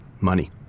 Money